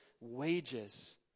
wages